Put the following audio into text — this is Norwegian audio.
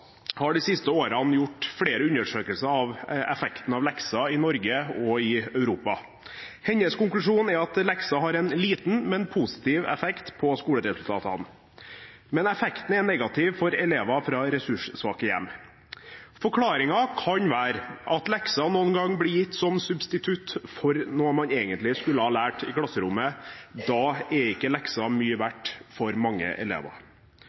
har de siste årene gjort flere undersøkelser om effekten av lekser Norge og i Europa. Hennes konklusjon er at lekser har en liten, men positiv effekt på skoleresultatene. Men effekten er negativ for elever fra ressurssvake hjem. Forklaringen kan være at lekser noen ganger blir gitt som substitutt for noe man egentlig skulle ha lært i klasserommet. Da er ikke lekser mye verdt for mange elever.